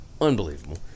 unbelievable